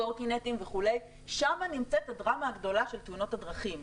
הקורקינטים וכו' שם נמצאת הדרמה הגדולה של תאונות הדרכים,